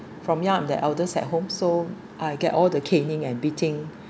from young I’m the eldest at home so I get all the caning and beating